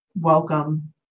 welcome